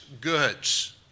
goods